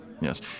Yes